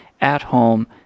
at-home